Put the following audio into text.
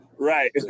Right